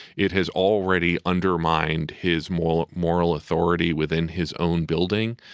it has already undermined his moral, moral authority within his own building.